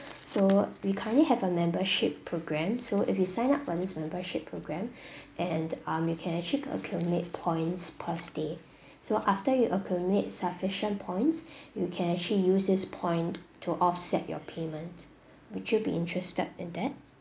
so we currently have a membership program so if you sign up for this membership program and um you can actually accumulate points per stay so after you accumulate sufficient points you can actually use this point to offset your payment would you be interested in that